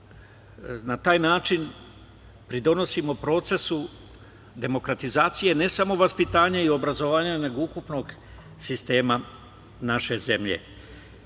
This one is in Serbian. Na taj način pridonosimo procesu demokratizacije, ne samo vaspitanja i obrazovanja, nego ukupnog sistema naše zemlje. Kada